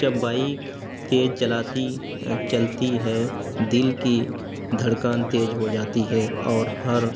جب بائک تیز چلاتی چلتی ہے دل کی دھڑکن تیز ہو جاتی ہے اور ہر